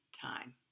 time